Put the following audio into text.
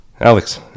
Alex